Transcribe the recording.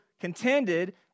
contended